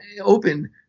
open